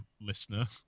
listener